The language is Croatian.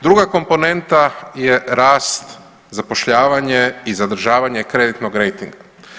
Druga komponenta je rast, zapošljavanje i zadržavanje kreditnog rejtinga.